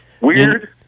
weird